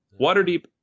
Waterdeep